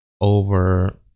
over